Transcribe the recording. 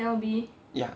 ya